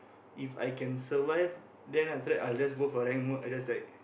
If I can survive then after that I'll just go for rank mode I just like